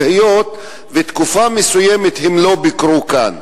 היות שתקופה מסוימת הם לא ביקרו שם.